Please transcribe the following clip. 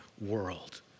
world